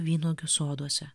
vynuogių soduose